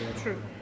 true